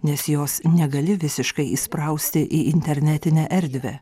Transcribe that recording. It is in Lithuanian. nes jos negali visiškai įsprausti į internetinę erdvę